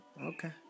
Okay